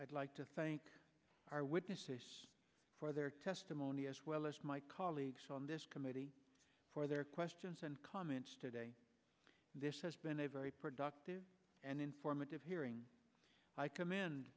i'd like to thank our witnesses for their testimony as well as my colleagues on this committee for their questions and comments today this has been a very productive and informative hearing i com